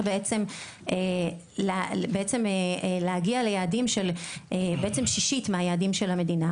בעצם להגיע ליעדים של שישית מהיעדים של המדינה.